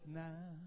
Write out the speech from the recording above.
now